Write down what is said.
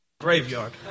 graveyard